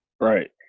right